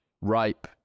ripe